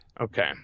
Okay